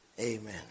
Amen